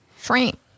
Shrimp